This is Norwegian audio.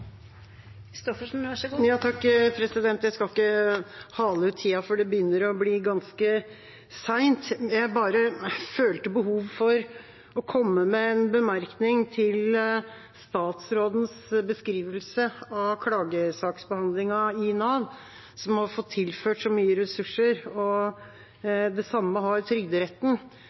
Jeg skal ikke hale ut tida, for det begynner å bli ganske sent. Jeg bare følte behov for å komme med en bemerkning til statsrådens beskrivelse av klagesaksbehandlingen i Nav, som har fått tilført så mye ressurser – og det samme har Trygderetten.